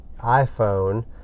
iPhone